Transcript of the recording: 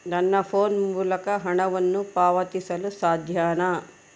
ನನ್ನ ಫೋನ್ ಮೂಲಕ ಹಣವನ್ನು ಪಾವತಿಸಲು ಸಾಧ್ಯನಾ?